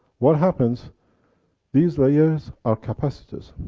what happened these layers are capacitors.